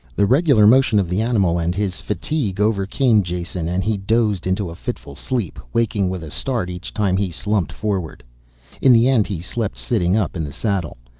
the regular motion of the animal and his fatigue overcame jason and he dozed into a fitful sleep, waking with a start each time he slumped forward in the end he slept sitting up in the saddle.